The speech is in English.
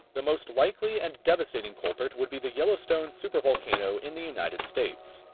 the most likely and devastating culprit would be the yellowstone supervolcano in the united states.